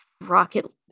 rocket